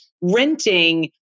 renting